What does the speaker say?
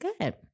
good